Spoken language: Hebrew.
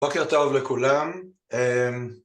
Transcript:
בוקר טוב לכולם.